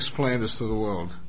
explain this to the world